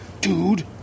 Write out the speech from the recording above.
Dude